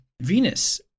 Venus